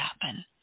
happen